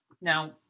Now